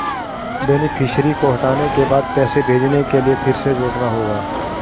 beneficiary को हटाने के बाद पैसे भेजने के लिए फिर से जोड़ना होगा